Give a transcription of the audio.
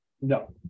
no